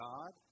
God